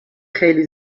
خیلی